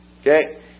Okay